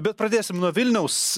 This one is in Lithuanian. bet pradėsim nuo vilniaus